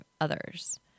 others